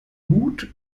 gut